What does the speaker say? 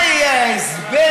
מה יהיה ההסבר?